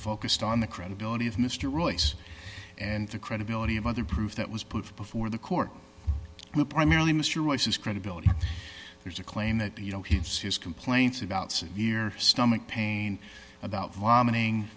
focused on the credibility of mr royce and the credibility of other proof that was put before the court will primarily mr royce's credibility there's a claim that you know his his complaints about severe stomach pain about vomiting